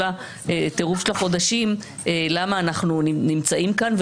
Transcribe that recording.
הטירוף של החודשים למה אנחנו נמצאים כאן,